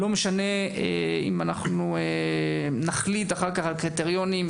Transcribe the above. לא משנה אם אנחנו נחליט אחר כך על קריטריונים,